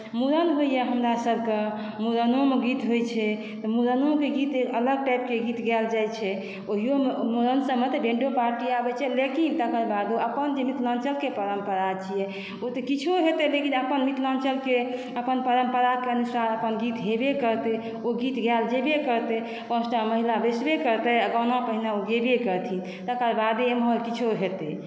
मुड़न होइए हमरा सभके मुड़नोमे गीत होइ छै तऽ मुड़नो के अलग टाइपके गीत गायल जाइ छै ओहिओमे मुड़न सभमे तऽ बैन्डो पार्टी सभ आबै छै लेकिन तकर बादो अपन जे मिथिलाञ्चलके जे परम्परा छियै ओ तऽ किछो हेतै लेकिन अपन मिथिलाञ्चलकेँ अपन परम्पराके अनुसार अपन गीत हेबे करतै ओ गीत गायल जेबे करतै पाँचटा महिला बैसबे करतै आ गाना तऽ ओहिना गेबे करथिन तकर बादे इम्हर किछो हेतै